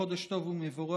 חודש טוב ומבורך,